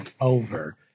over